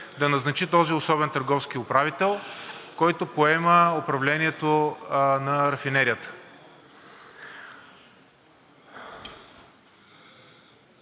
да назначи този особен търговски управител, който поема управлението на рафинерията.